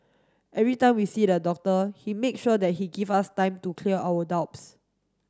every time we see the doctor he make sure that he give us time to clear our doubts